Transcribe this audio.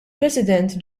president